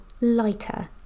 lighter